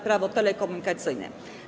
Prawo telekomunikacyjne.